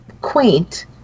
quaint